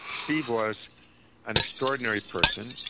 steve was an extraordinary person,